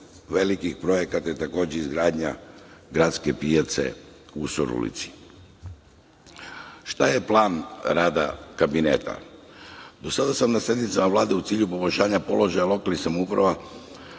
velikih projekata je takođe izgradnja gradske pijace u Surdulici. Šta je plan rada Kabineta? Do sada sam na sednicama Vlade u cilju poboljšanja položaja lokalnih samouprava